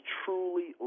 truly